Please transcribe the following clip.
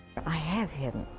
i have him,